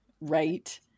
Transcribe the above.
right